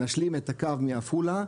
נשלים את הקו מעפולה,